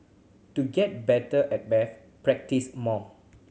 to get better at maths practise more